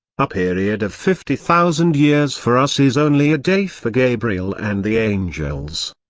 a period of fifty thousand years for us is only a day for gabriel and the angels.